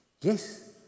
yes